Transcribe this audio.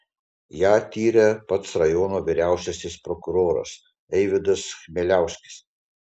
ją tiria pats rajono vyriausiasis prokuroras eivydas chmieliauskis